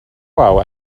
quo